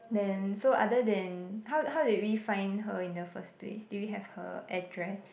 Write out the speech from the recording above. then so other than how how did we find her in the first place did we have her address